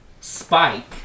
Spike